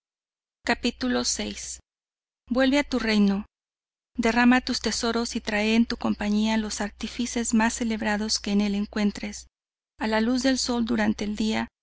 peregrinación vuelve a tu reino derrama tus tesoros y trae en tu compañía los artífices mas celebrados que en el encuentres a la luz del sol durante el día